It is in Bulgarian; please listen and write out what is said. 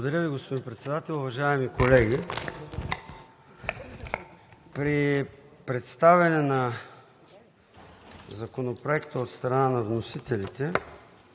Благодаря Ви, господин Председател. Уважаеми колеги, при представяне на Законопроекта от страна на вносителите